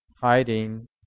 hiding